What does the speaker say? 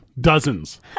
Dozens